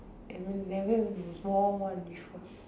and would have even fall once before